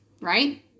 Right